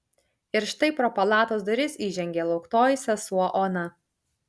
ir štai pro palatos duris įžengė lauktoji sesuo ona